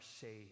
saved